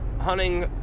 hunting